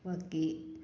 बाकी